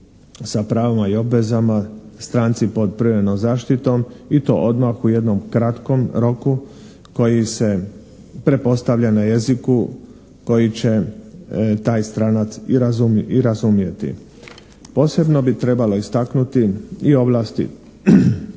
sa pravima i obvezama stranci pod privremenom zaštitom i to odmah u jednom kratkom roku koji se pretpostavlja na jeziku koji će taj stranac i razumjeti. Posebno bi trebalo istaknuti i ovlasti